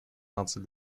наций